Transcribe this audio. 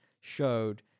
showed